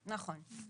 נכון.